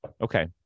Okay